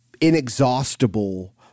inexhaustible